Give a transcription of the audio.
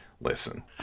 listen